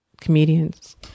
comedians